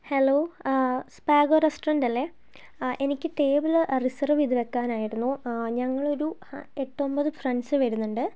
hello Spago restaurant അല്ലേ എനിക്ക് table reserve ചെയ്ത് വയ്ക്കാനായിരുന്നു ഞങ്ങളൊരു എട്ട് ഒമ്പത് ഫ്രണ്ട്സ് വരുന്നുണ്ട്